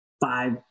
five